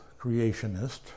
creationist